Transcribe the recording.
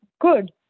good